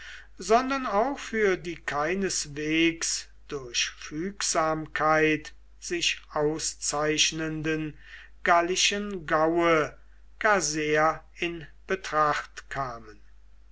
sondern auch für die keineswegs durch fügsamkeit sich auszeichnenden gallischen gaue gar sehr in betracht kamen